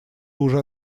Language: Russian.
уже